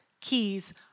keys